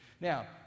Now